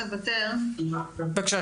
בבקשה.